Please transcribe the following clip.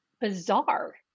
bizarre